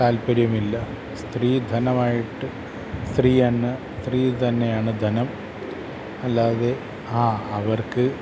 താൽപ്പര്യമില്ല സ്ത്രീധനമായിട്ട് സ്ത്രീതന്നെ സ്ത്രീ തന്നെയാണ് ധനം അല്ലാതെ ആ അവർക്ക്